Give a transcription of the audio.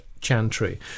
Chantry